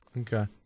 Okay